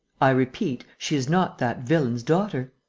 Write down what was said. i repeat, she is not that villain's daughter.